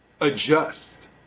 adjust